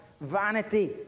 vanity